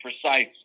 precise